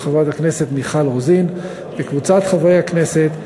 של חברת הכנסת מיכל רוזין וקבוצת חברי הכנסת,